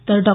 तर डॉ